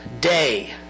day